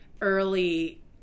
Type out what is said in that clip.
early